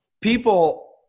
People